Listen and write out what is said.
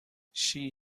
she